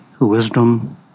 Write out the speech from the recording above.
wisdom